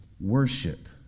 worship